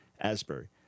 asbury